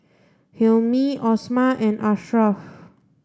Hilmi Omar and Ashraff